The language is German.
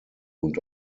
und